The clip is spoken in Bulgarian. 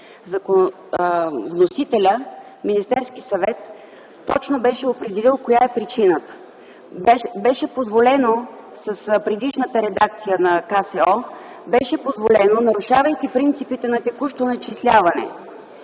вносителят – Министерският съвет, точно беше определил коя е причината. Беше позволено с предишната редакция на КСО, нарушавайки принципите на текущо начисляване,